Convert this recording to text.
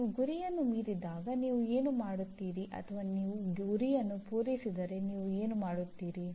ನೀವು ಗುರಿಯನ್ನು ಮೀರಿದಾಗ ನೀವು ಏನು ಮಾಡುತ್ತೀರಿ ಅಥವಾ ನೀವು ಗುರಿಯನ್ನು ಪೂರೈಸಿದರೆ ನೀವು ಏನು ಮಾಡುತ್ತೀರಿ